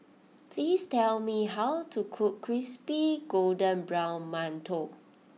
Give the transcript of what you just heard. please tell me how to cook Crispy Golden Brown Mantou